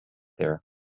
there